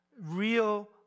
real